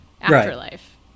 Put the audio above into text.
afterlife